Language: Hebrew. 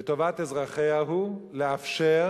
לטובת אזרחיה הוא לאפשר